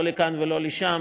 לא לכאן ולא לשם,